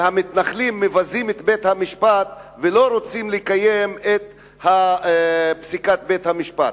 והמתנחלים מבזים את בית-המשפט ולא רוצים לקיים את פסיקת בית-המשפט.